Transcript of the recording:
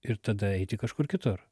ir tada eiti kažkur kitur